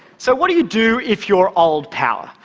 so what do you do if you're old power?